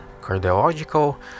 cardiological